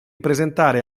presentare